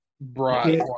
Bright